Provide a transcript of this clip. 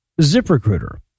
Ziprecruiter